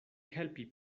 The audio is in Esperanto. helpi